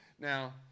Now